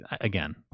again